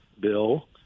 bill